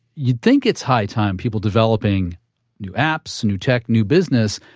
you'd think it's high time people developing new apps, new tech, new business,